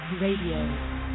Radio